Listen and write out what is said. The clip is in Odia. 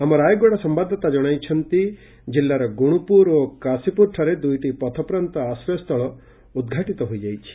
ଆମ ରାୟଗଡା ସମ୍ୟାଦଦାତା ଜଣାଇଛନ୍ତି ଜିଲ୍ଲାର ଗୁଶପୁର ଓ କାଶୀପୁରଠାରେ ଦୁଇଟି ପଥପ୍ରାନ୍ତ ଆଶ୍ରୟସ୍ଥୁଳ ଉଦ୍ଯାପିତ ହୋଇଛି